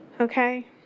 Okay